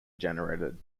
generated